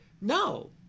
no